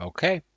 Okay